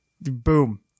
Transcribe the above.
Boom